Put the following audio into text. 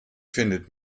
findet